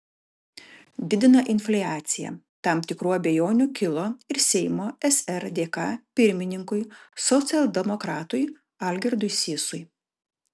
didina infliaciją tam tikrų abejonių kilo ir seimo srdk pirmininkui socialdemokratui algirdui sysui